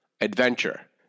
adventure